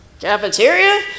cafeteria